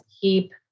keep